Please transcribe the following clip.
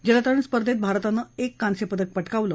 जलतरण स्पर्धेत भारतानं एक कांस्य पदक पटकावलं